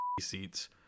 seats